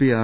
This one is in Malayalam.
P R